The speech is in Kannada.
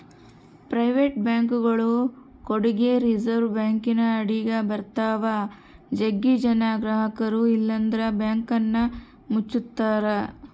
ಪ್ರೈವೇಟ್ ಬ್ಯಾಂಕ್ಗಳು ಕೂಡಗೆ ರಿಸೆರ್ವೆ ಬ್ಯಾಂಕಿನ ಅಡಿಗ ಬರುತ್ತವ, ಜಗ್ಗಿ ಜನ ಗ್ರಹಕರು ಇಲ್ಲಂದ್ರ ಬ್ಯಾಂಕನ್ನ ಮುಚ್ಚುತ್ತಾರ